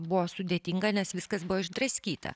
buvo sudėtinga nes viskas buvo išdraskyta